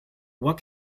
what